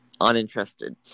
uninterested